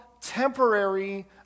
temporary